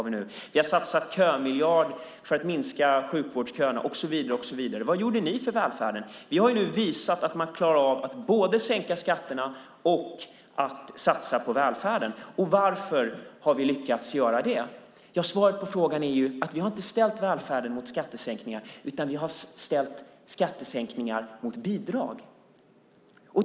Vi har satsat en kömiljard för att minska sjukvårdsköerna och så vidare. Vad gjorde ni för välfärden? Vi har nu visat att man klarar av att både sänka skatterna och att satsa på välfärden. Varför har vi lyckats göra det? Svaret på frågan är att vi inte har ställt välfärden mot skattesänkningar utan att vi har ställt skattesänkningar mot bidrag.